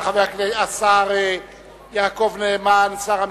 השר יעקב נאמן, שר המשפטים,